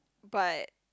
but